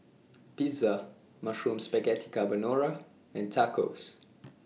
Pizza Mushroom Spaghetti Carbonara and Tacos